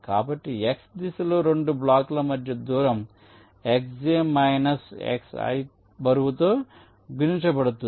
కాబట్టి x దిశలో రెండు బ్లాకుల మధ్య దూరం xj మైనస్ xi బరువుతో గుణించబడుతుంది